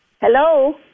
Hello